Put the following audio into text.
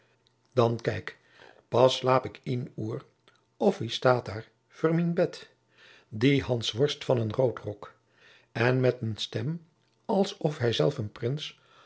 dan kijk pas sloâp ik ien oer of wie stoât doâr veur mien bed die hansworst van een roodrok en met een stem als of hij zelf een prins